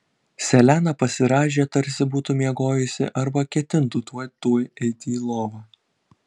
selena pasirąžė tarsi būtų miegojusi arba ketintų tuoj tuoj eiti į lovą